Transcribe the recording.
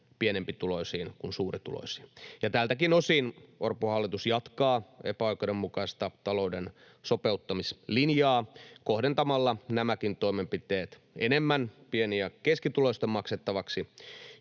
pienempituloisiin kuin suurituloisiin. Tältäkin osin Orpon hallitus jatkaa epäoikeudenmukaista talouden sopeuttamislinjaa kohdentamalla nämäkin toimenpiteet enemmän pieni- ja keskituloisten maksettavaksi.